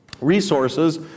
resources